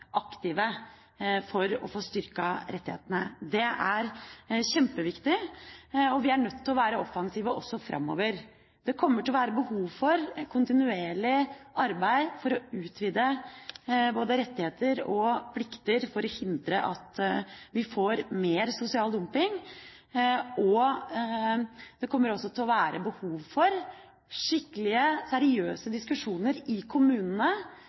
aktive for å få styrket rettighetene. Det er kjempeviktig. Vi er nødt til å være offensive også framover. Det kommer til å være behov for et kontinuerlig arbeid for å utvide både rettigheter og plikter for å hindre at vi får mer sosial dumping. Det kommer også til å være behov for skikkelige, seriøse diskusjoner i kommunene,